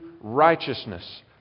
righteousness